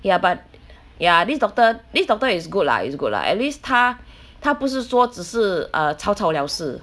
ya but ya this doctor this doctor is good lah it's good lah at least 他他不是说只是 err 草草了事